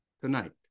tonight